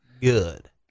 good